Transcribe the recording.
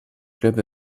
club